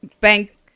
bank